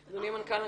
אדוני המנכ"ל,